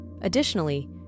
Additionally